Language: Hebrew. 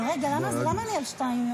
אבל רגע, למה אני על שתיים?